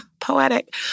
Poetic